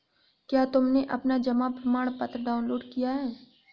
क्या तुमने अपना जमा प्रमाणपत्र डाउनलोड किया है?